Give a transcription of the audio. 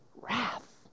Wrath